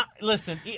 Listen